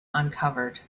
uncovered